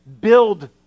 Build